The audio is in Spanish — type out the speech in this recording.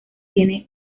tiene